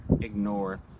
ignore